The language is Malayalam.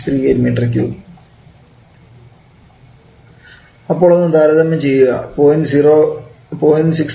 638 𝑚3 അപ്പോൾ ഒന്ന് താരതമ്യം ചെയ്തു നോക്കുക